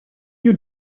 you